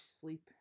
sleep